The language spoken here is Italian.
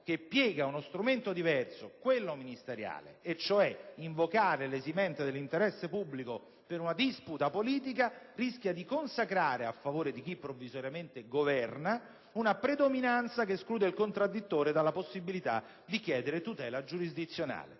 che piega uno strumento diverso (quello ministeriale). Invocare l'esimente dell'interesse pubblico per una disputa politica rischia di consacrare - a favore di chi, provvisoriamente, governa - una predominanza che esclude il contraddittore dalla possibilità di chiedere tutela giurisdizionale.